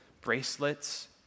bracelets